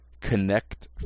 connect